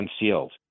unsealed